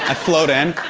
ah float in.